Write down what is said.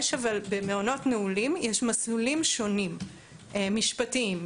אבל במעונות נעולים יש מסלולים שונים, משפטיים.